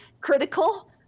critical